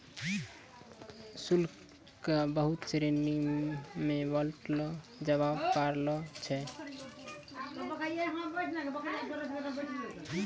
शुल्क क बहुत श्रेणी म बांटलो जाबअ पारै छै